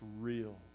real